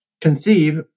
conceive